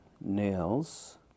nails